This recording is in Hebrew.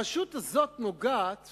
הרשות הזאת נוגעת